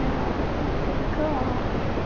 मा होनगोनथाइ बेखौ आंहा